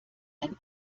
ein